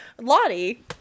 lottie